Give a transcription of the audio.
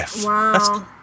Wow